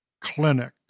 Clinic